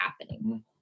happening